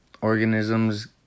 organisms